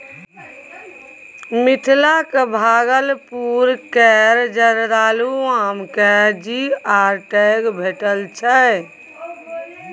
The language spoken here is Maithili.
मिथिलाक भागलपुर केर जर्दालु आम केँ जी.आई टैग भेटल छै